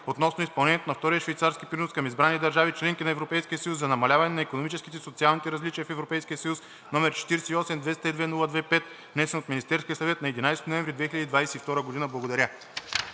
относно изпълнението на Втория швейцарски принос към избрани държави – членки на Европейския съюз, за намаляване на икономическите и социалните различия в Европейския съюз, № 48-202-02-5, внесен от Министерския съвет на 11 ноември 2022 г.“ Благодаря.